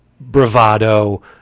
bravado